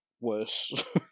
worse